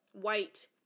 white